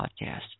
podcast